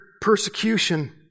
persecution